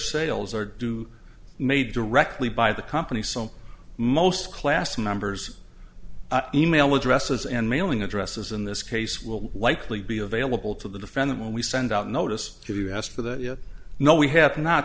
sales are due made directly by the company so most class members email addresses and mailing addresses in this case will likely be available to the defendant when we send out a notice to us for the no we have not